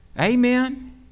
Amen